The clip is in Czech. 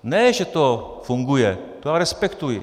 Ne že to funguje, to já respektuji.